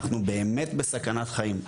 אנחנו באמת בסכנת חיים.